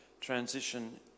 Transition